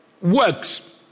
works